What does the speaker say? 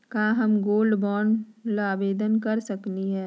का हम gold bond ल आवेदन कर सकली?